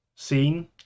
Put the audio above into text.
scene